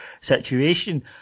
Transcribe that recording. situation